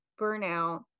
burnout